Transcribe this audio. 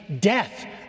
Death